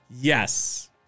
Yes